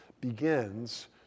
begins